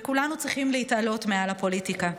וכולנו צריכים להתעלות מעל הפוליטיקה.